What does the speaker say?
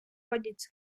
виходять